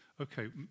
Okay